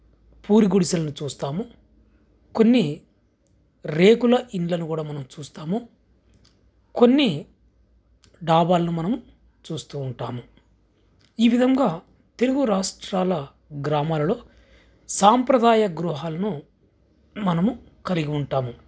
పూరి గుడిసలని చూస్తాము కొన్ని రేకుల ఇళ్ళను కూడా మనం చూస్తాము కొన్ని డాబాలను మనము చూస్తూ ఉంటాము ఈ విధంగా తెలుగు రాష్ట్రాల గ్రామాలలో సాంప్రదాయ గృహాలను మనము కలిగి ఉంటాము